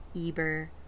Eber